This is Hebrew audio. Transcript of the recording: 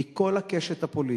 מכל הקשת הפוליטית,